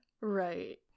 Right